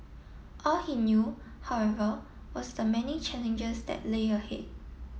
all he knew however was the many challenges that lay ahead